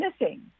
missing